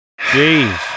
jeez